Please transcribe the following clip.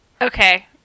Okay